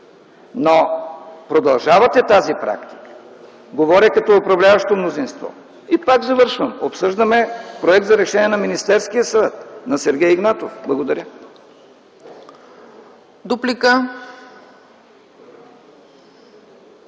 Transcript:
Но продължавате тази практика – говоря като управляващо мнозинство. Завършвам, обсъждаме Проект за решение на Министерския съвет, на Сергей Игнатов. Благодаря.